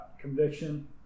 conviction